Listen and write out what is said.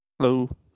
Hello